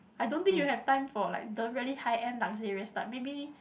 I don't think you have time for like the really high end luxurious type maybe